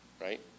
right